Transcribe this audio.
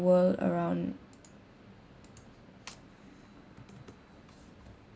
world around